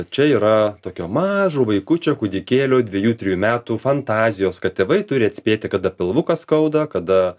čia yra tokio mažo vaikučio kūdikėlio dviejų trijų metų fantazijos kad tėvai turi atspėti kada pilvuką skauda kada